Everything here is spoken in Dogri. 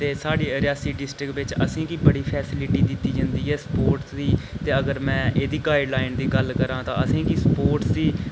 ते साढ़ी रियासी डिस्ट्रिक्ट बिच असें गी बड़ी फैसिलिटी दित्ती जंदी ऐ स्पोर्ट्स दी ते अगर में एह्दी गाइडलइनें दी गल्ल करां ते असें गी स्पोर्ट्स दी